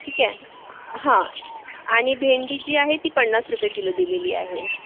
ठीक आहे हं आणि भेंडी जी आहे ती पन्नास रुपये किलो दिलेली आहे